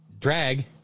Drag